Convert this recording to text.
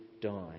die